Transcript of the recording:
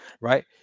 Right